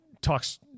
talks